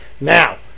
Now